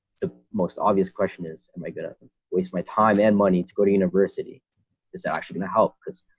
the most obvious question is am i gonna waste my time and money to go to university is actually going to help because